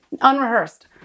unrehearsed